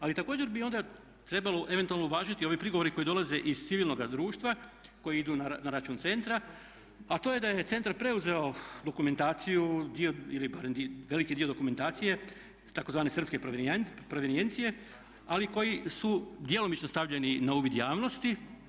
Ali također bi onda trebalo eventualno uvažiti ove prigovore koji dolaze iz civilnoga društva koji idu na račun centra a to je da je centar preuzeo dokumentaciju ili barem veliki dio dokumentacije tzv. srpske provenijencije ali koji su djelomično stavljeni na uvid javnosti.